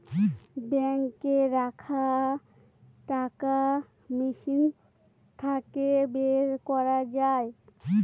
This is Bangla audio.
বাঙ্কে রাখা টাকা মেশিন থাকে বের করা যায়